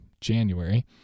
January